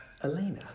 Elena